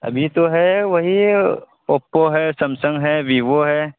ابھی تو ہے وہی اوپو ہے سمسنگ ہے ویوو ہے